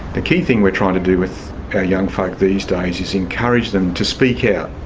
the key thing we are trying to do with our young folk these days is encourage them to speak out,